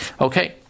Okay